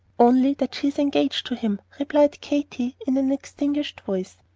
only that she is engaged to him, replied katy, in an extinguished voice.